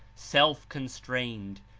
self-constrained,